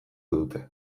dute